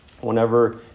Whenever